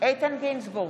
איתן גינזבורג,